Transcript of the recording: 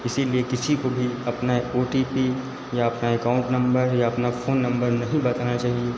इसीलिए किसी को भी अपना ओ टी पी या अपना एकाउन्ट नंबर या अपना फ़ोन नंबर नहीं बताना चाहिए